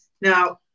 Now